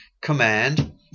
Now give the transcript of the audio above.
command